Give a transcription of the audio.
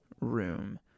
room